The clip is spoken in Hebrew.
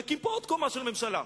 נקים פה עוד קומה של ממשלה,